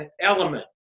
element